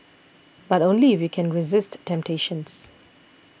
but only if you can resist temptations